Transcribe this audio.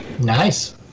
Nice